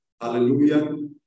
Hallelujah